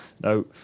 No